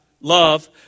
Love